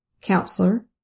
counselor